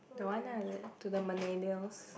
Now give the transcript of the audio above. the one ah the to the millennials